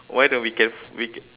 why don't we can we